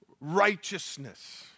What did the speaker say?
righteousness